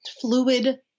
fluid